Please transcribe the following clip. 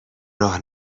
راه